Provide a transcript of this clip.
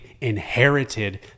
inherited